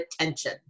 attention